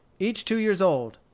each two years old.